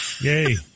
Yay